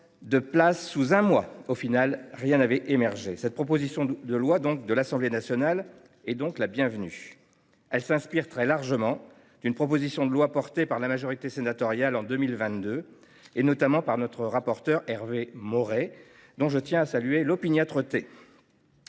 de place sous un mois. Finalement, rien n’a émergé ! Cette proposition de loi issue des travaux de l’Assemblée nationale est donc la bienvenue. Elle s’inspire très largement d’une proposition de loi portée par la majorité sénatoriale en 2022, notamment par notre rapporteur Hervé Maurey, dont je tiens à saluer l’opiniâtreté.